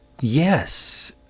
Yes